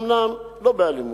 אומנם לא על אלימות,